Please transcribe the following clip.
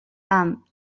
amb